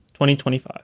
2025